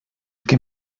que